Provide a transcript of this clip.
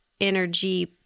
Energy